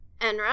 Enra